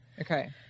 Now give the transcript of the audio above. Okay